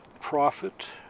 Profit